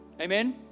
Amen